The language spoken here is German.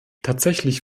tatsächlich